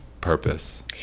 purpose